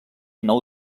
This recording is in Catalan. nou